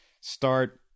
start